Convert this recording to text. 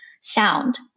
sound